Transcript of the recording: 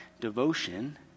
devotion